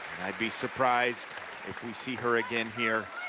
i'd be surprised if we see her again here